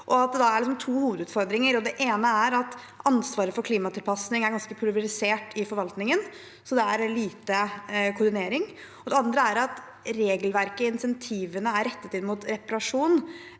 da er to hovedutfordringer. Det ene er at ansvaret for klimatilpasning er ganske pulverisert i forvaltningen, slik at det er lite koordinering. Det andre er at regelverket og insentivene er rettet inn mot reparasjon